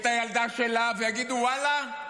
את הילדה שלה ויגידו: ואללה,